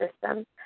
system